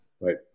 Right